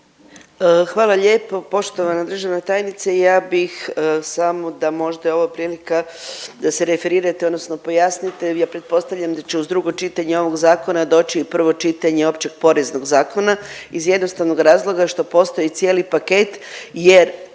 Hvala lijepo poštovana državna tajnice. Ja bih samo da možda je ovo prilika da se referirate, odnosno pojasnite, ja pretpostavljam da će uz drugo čitanje ovog zakona doći i prvo čitanje Općeg poreznog zakona iz jednostavnog razloga što postoji cijeli paket jer